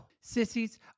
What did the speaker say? Sissies